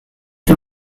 ble